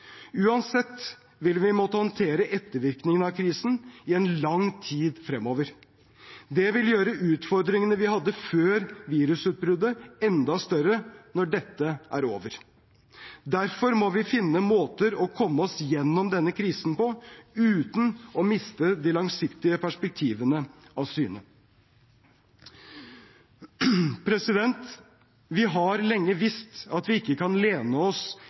Uansett vil vi måtte håndtere ettervirkningene av krisen i lang tid fremover. Det vil gjøre utfordringene vi hadde før virusutbruddet, enda større når dette er over. Derfor må vi finne måter å komme oss gjennom denne krisen på, uten å miste de langsiktige perspektivene av syne. Vi har lenge visst at vi ikke kan lene oss